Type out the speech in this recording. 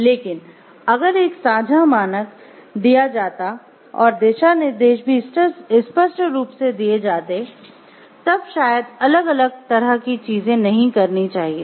लेकिन अगर एक साझा मानक दिया जाता और दिशानिर्देश भी स्पष्ट रूप से दिये जाते तब शायद अलग अलग तरह की चीजें नहीं करनी चाहिए